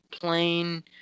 plain